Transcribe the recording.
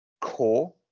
Core